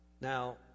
Now